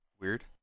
weird